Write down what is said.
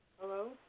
Hello